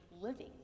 living